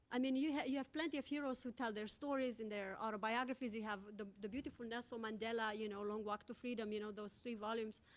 i mean, you have you have plenty of heroes who tell their stories and their autobiographies. you have the the beautiful nelson mandela you know, long walk to freedom you know, those three volumes.